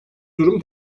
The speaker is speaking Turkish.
durum